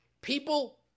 People